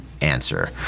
answer